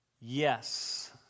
Yes